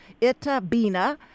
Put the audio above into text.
Itabina